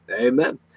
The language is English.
amen